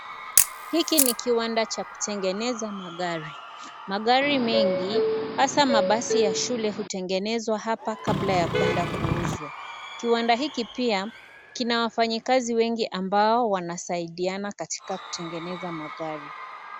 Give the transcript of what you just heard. Hiki ni kiwanda cha kutengeneza magari, magari mengi haswa mabasi ya shule hutengenezewa hapa kabla ya kwenda kuuzwa. Kiwanda hiki pia kina wafanyikazi wengi ambao wanasaidiana katika kutengeneza magari.